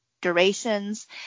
durations